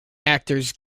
actors